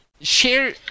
share